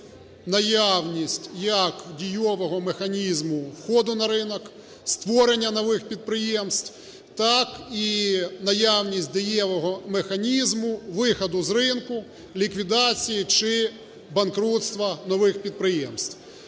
наявність, як дієвого механізму входу на ринок, створення нових підприємств так і наявність дієвого механізму виходу з ринку, ліквідації чи банкрутства нових підприємств.